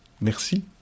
Merci